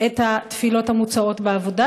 את התפילות המוצעות בעבודה,